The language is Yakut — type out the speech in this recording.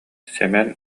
сэмэн